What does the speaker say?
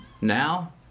Now